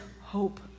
hope